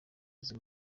izo